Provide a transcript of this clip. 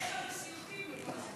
הילד עכשיו בסיוטים מכל הסיפור הזה.